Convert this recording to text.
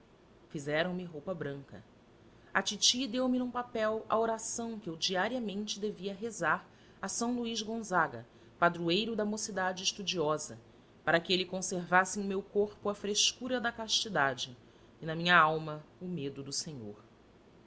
teologia fizeram-me roupa branca a titi deu-me num papel a oração que eu diariamente devia rezar a são luís gonzaga padroeiro da mocidade estudiosa para que ele conservasse em meu corpo a frescura da castidade e na minha alma o medo do senhor